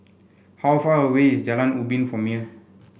how far away is Jalan Ubin from here